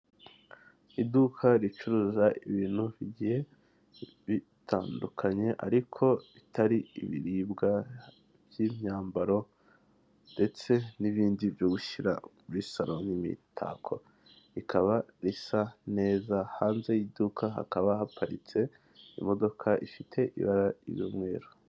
Iduka ricuruza ibintu bigiye bitandukanye ariko bitari ibiribwa by'imyambaro ndetse n'ibindi byo gushyira muri saro nk'imitako bikaba bisa neza, hanze y'iduka hakaba haparitse imodoka ifite ibara ry'umweru.